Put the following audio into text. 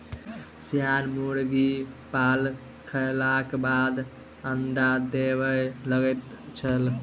सियान मुर्गी पाल खयलाक बादे अंडा देबय लगैत छै